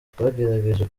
twagerageje